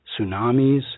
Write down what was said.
tsunamis